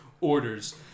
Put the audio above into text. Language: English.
orders